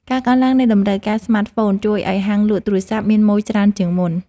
ការកើនឡើងនៃតម្រូវការស្មាតហ្វូន ជួយឱ្យហាងលក់ទូរសព្ទមានម៉ូយច្រើនជាងមុន។